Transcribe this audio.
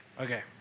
Okay